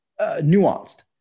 nuanced